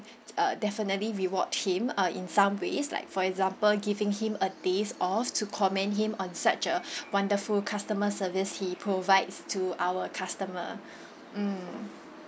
uh definitely reward him uh in some ways like for example giving him a day's off to commend him on such a wonderful customer service he provides to our customer mm